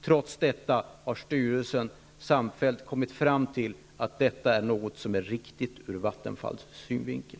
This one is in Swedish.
Trots detta har styrelsen samfällt kommit fram till att det här beslutet är riktigt ur Vattenfalls synvikel.